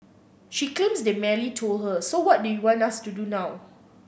she claims they merely told her so what do you want us to do now